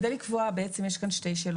כדי לקבוע, בעצם, יש כאן שתי שאלות.